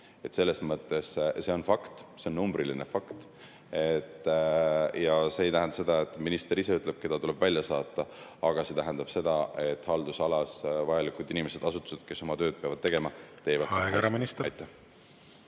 Selles mõttes see on fakt, see on numbriline fakt. Ja see ei tähenda seda, et minister ise ütleb, keda tuleb välja saata. See tähendab seda, et haldusalas vajalikud inimesed ja asutused, kes oma tööd peavad tegema, teevad seda